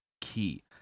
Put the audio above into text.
key